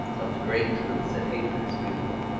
of the great truth that hatred is beautiful,